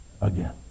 again